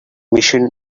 mission